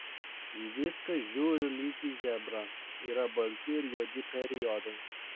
į viską žiūriu lyg į zebrą yra balti ir juodi periodai